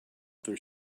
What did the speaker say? their